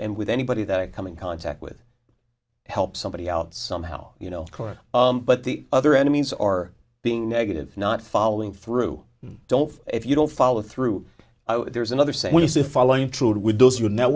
and with anybody that come in contact with help somebody out somehow you know but the other enemies or being negative not following through don't if you don't follow through there's another saying you see following trued with those you know